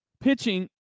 pitching